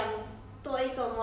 你现在不是掺掺讲 liao mah